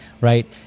right